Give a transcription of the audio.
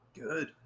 Good